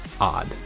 odd